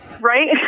Right